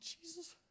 Jesus